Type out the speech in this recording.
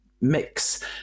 mix